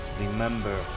Remember